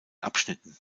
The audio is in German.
abschnitten